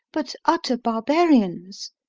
but utter barbarians.